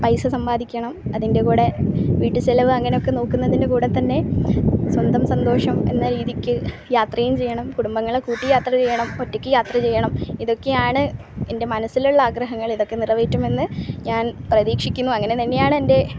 പൈസ സമ്പാദിക്കണം അതിൻ്റെ കൂടെ വീട്ട് ചിലവ് അങ്ങനെയൊക്കെ നോക്കുന്നത്തിൻ്റെ കൂടെ തന്നെ സ്വന്തം സന്തോഷം എന്ന രീതിക്ക് യാത്രയും ചെയ്യണം കുടുംബങ്ങളെ കൂട്ടി യാത്ര ചെയ്യണം ഒറ്റക്ക് യാത്ര ചെയ്യണം ഇതൊക്കെയാണ് എൻ്റെ മനസ്സിലുള്ളാഗ്രഹങ്ങൾ ഇതൊക്കെ നിറവേറ്റുമെന്ന് ഞാൻ പ്രതീക്ഷിക്കുന്നു അങ്ങനെ തന്നെയാണെൻ്റെ